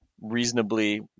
reasonably